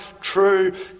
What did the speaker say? true